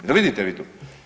Jel' vidite vi tu?